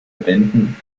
bänden